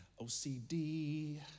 OCD